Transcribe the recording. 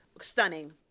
Stunning